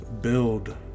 build